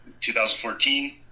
2014